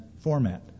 format